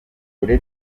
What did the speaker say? kuba